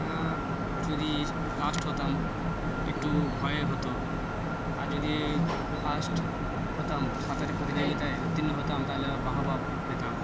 যদি লাস্ট হতাম একটু ভয়ে হতো আর যদি ফার্স্ট হতাম সাঁতারে প্রতিযোগিতায় উত্তীর্ণ হতাম তাহলে বাহবা পেতাম